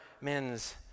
men's